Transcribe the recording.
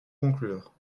conclure